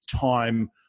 time